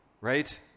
right